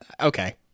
Okay